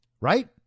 Right